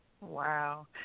Wow